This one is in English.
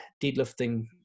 deadlifting